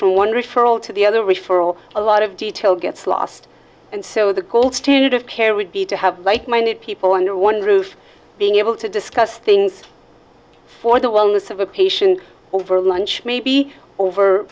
through one referral to the other referral a lot of detail gets lost and so the gold standard of care would be to have like minded people under one roof being able to discuss things for the wellness of a patient over lunch maybe over